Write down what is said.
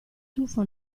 tuffo